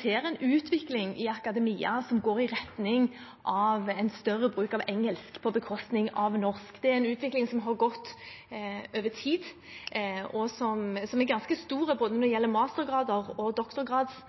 ser en utvikling i akademia som går i retning av en større bruk av engelsk på bekostning av norsk. Det er en utvikling som har gått over tid, og som er ganske stor når det gjelder både mastergrader og